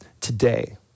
today